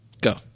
Go